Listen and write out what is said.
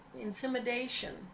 intimidation